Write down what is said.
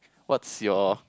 what's your